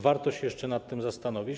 Warto się jeszcze nad tym zastanowić.